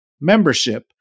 Membership